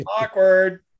awkward